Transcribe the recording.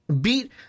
Beat